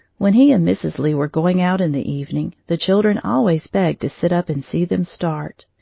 when he and mrs. lee were going out in the evening, the children always begged to sit up and see them start.